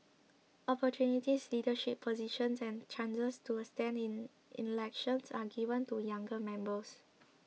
opportunities leadership positions and chances to stand in elections are given to younger members